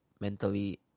mentally